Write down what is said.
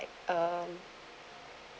uh